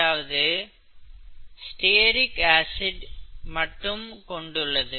அதாவது stearic acid மட்டும் கொண்டுள்ளது